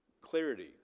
clarity